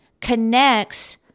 connects